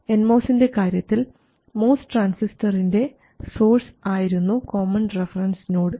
N മോസിൻറെ കാര്യത്തിൽ MOS ട്രാൻസിസ്റ്ററിൻറെ സോഴ്സ് ആയിരുന്നു കോമൺ റഫറൻസ് നോഡ്